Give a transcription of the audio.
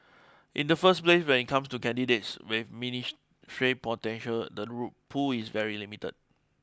in the first place when it comes to candidates with ministerial potential the rule pool is very limited